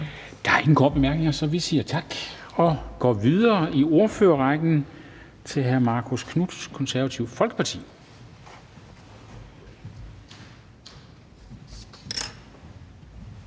Der er ingen korte bemærkninger. Så vi siger tak og går videre i ordførerrækken til hr. Marcus Knuth, Det Konservative Folkeparti.